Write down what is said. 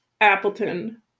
Appleton